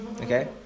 okay